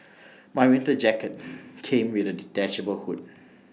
my winter jacket came with A detachable hood